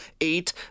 eight